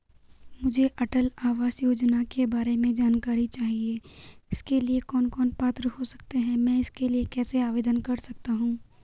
मुझे अटल आवास योजना के बारे में जानकारी चाहिए इसके लिए कौन कौन पात्र हो सकते हैं मैं इसके लिए कैसे आवेदन कर सकता हूँ?